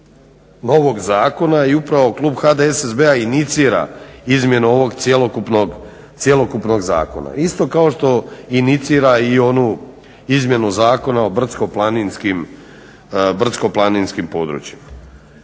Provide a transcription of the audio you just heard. novog zakona i upravo klub HDSSB-a inicira izmjenu ovog cjelokupnog zakona. Isto kao što inicira i onu izmjenu Zakona o brdsko-planinskim područjima.